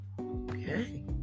Okay